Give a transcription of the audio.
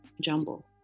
jumble